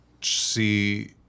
see